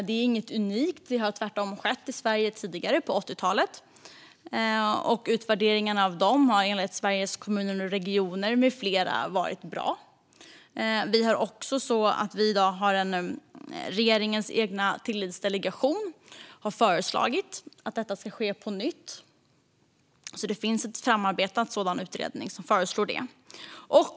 Det är inget unikt - det har tvärtom skett i Sverige tidigare, på 80talet. Utvärderingarna av försöken har enligt Sveriges Kommuner och Regioner med flera visat på bra resultat. Regeringens egen tillitsdelegation har föreslagit att detta ska ske på nytt. Det finns alltså en framarbetad sådan utredning som föreslår det.